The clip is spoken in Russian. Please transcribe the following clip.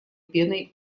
пеной